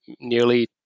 nearly